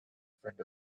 friend